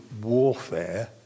warfare